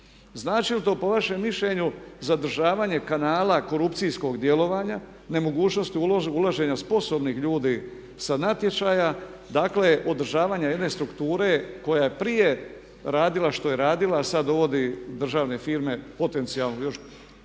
Znači li to po vašem mišljenju zadržavanje kanala korupcijskog djelovanja, nemogućnosti ulaženja sposobnih ljudi sa natječaja, dakle održavanje jedne strukture koja je prije radila što je radila a sad dovodi državne firme potencijalno u još